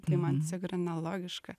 tai man cig yra nelogiška